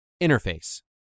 Interface